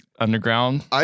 Underground